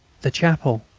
the chapel,